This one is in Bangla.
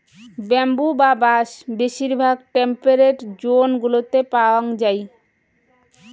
ব্যাম্বু বা বাঁশ বেশিরভাগ টেম্পেরেট জোন গুলোত পাওয়াঙ যাই